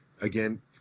Again